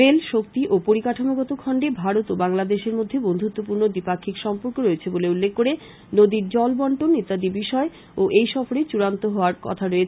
rail শক্তি ও পরিকাঠামোগত খন্ডে ভারত ও বাংলাদেশের মধ্যে বন্ধুত্বপূর্ন দ্বিপাক্ষিক সম্পর্ক রয়েছে বলে উল্লেখ করে নদীর জল বন্টন ইত্যাদি বিষয় ও এই সফরে চূড়ান্ত হোয়ার কথা রয়েছে